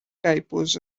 typos